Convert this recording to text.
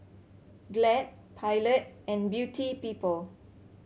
Glad Pilot and Beauty People